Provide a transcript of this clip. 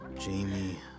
Jamie